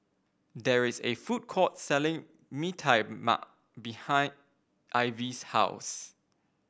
there is a food court selling Mee Tai Mak behind Ivie's house